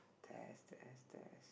test test test